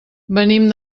venim